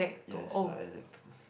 ya is for Isaac-Toast